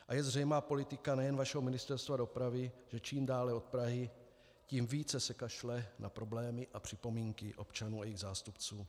A je zřejmá politika nejen vašeho Ministerstva dopravy, že čím dále od Prahy, tím více se kašle na problémy a připomínky občanů a jejich zástupců.